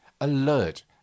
alert